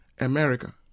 America